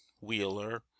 Wheeler